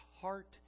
heart